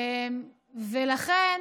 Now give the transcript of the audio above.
ולכן